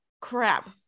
crap